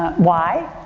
why?